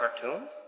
cartoons